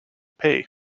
pay